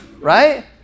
right